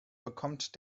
bekommt